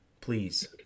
Please